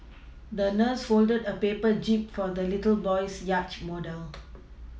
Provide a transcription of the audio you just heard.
the nurse folded a paper jib for the little boy's yacht model